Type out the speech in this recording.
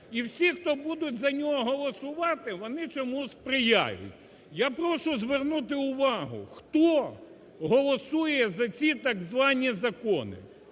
і всі, хто будуть за нього голосувати вони цьому сприяють. Я прошу звернути увагу, хто голосує за ці так звані закони.